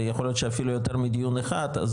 ויכול להיות שאפילו יותר מדיון אחד.